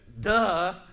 duh